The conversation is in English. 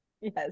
Yes